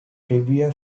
trevor